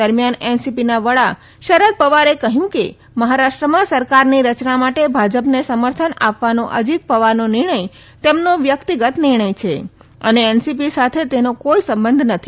દરમિયાન એનસીપીના વડા શરદ પવારે કહયું છે કે મહારાષ્ટ્રમાં સરકારની રચના માટે ભાજપને સમર્થન આપવાનો અજીત પવારનો નિર્ણય તેમનો વ્યકિતગત નિર્ણય છે અને એનસીપી સાથે તેનો કોઇ સંબંધ નથી